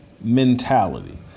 mentality